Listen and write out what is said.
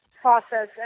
process